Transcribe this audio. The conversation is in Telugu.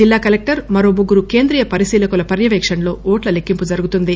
జిల్లా కలెక్టర్ మరో ముగ్గురు కేంద్రీయ పరిశీలకులు పర్యపేక్షణలో ఓట్ల లెక్కింపు జరగుతుంది